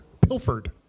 pilfered